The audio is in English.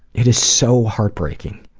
it is so heartbreaking,